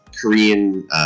Korean